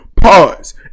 pause